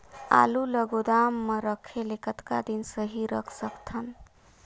आलू ल गोदाम म रखे ले कतका दिन सही रख सकथन?